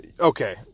Okay